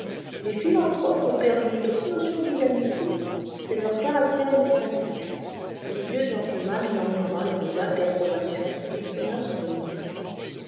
les philanthropes ont perdu toute notion d'humanité c'est leur caractère distinctif le vieux gentleman murmura une vague approbation et sonna son domestique